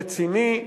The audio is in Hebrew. רציני.